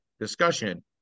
discussion